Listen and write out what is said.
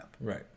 Right